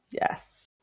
Yes